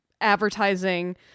advertising